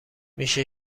میشه